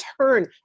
turn